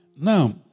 Now